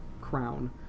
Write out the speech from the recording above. crown